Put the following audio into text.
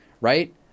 right